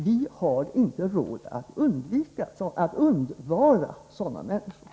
Vi har inte råd att undvara sådana människor.